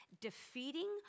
Defeating